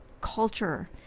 culture